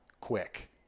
quick